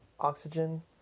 Oxygen